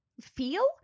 feel